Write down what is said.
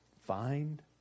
find